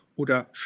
oder